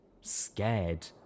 scared